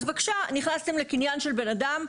אז בבקשה, נכנסתם לקניין של בן אדם.